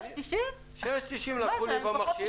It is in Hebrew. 6.90 לקחו לי במכשיר.